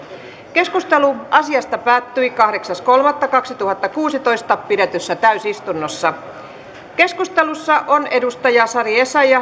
keskustelu asiasta päättyi kahdeksas kolmatta kaksituhattakuusitoista pidetyssä täysistunnossa keskustelussa on sari essayah